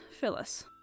Phyllis